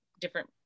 different